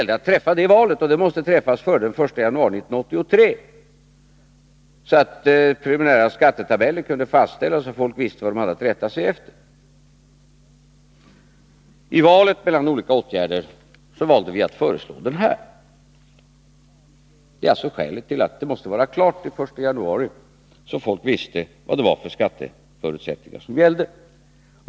Det valet måste träffas före den 1 januari 1983, så att preliminärskattetabeller kunde fastställas och så att folk visste vad de hade att rätta sig efter. I detta val mellan olika åtgärder valde vi att föreslå den här skattereduktionen. Skälet till att det måste vara klart till den 1 janauri var alltså att folk då måste veta vilka skatteförutsättningar som gällde.